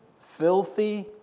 filthy